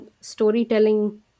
storytelling